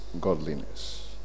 godliness